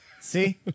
See